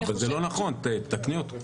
אבל זה לא נכון, תתקני אותו.